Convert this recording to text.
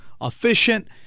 efficient